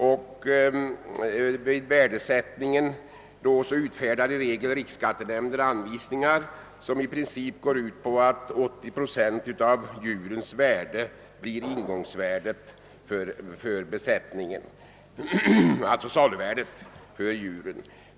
För värdesättningen utfärdade riksskattenämnden anvisningar som i princip går ut på att 80 procent av djurens saluvärde blir ingångsvärde för besättningen.